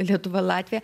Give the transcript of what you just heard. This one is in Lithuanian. lietuva latvija